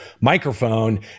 microphone